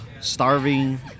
starving